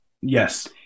Yes